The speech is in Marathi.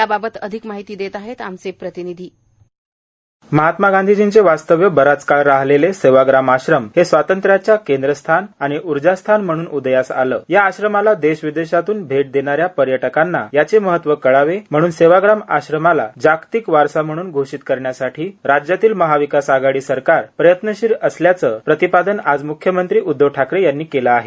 याबाबत अधिक माहिती ऐत आहेत आमचे प्रतिनिधी बाई महात्मा गांधीजींचे वास्तव्य बराच काळ राहिलेले सेवाग्राम आश्रम हे स्वातंत्र्याचे केंद्रस्थान आणि ऊर्जास्थान म्हणून उदयास आले या आश्रमाला देश विदेशातून भेट देणा या पर्यटकांना याचे महत्व कळावे म्हणून सेवाग्राम आश्रमाला जागतिक वारसा म्हणून घोषित करण्यासाठी राज्यातील महाविकास आघाडी सरकार प्रयत्नशील असल्याचे प्रतिपादन आज म्ख्यमंत्री ठाकरे यांनी केले आहे